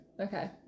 Okay